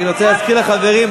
אני רוצה להזכיר לחברים,